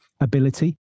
ability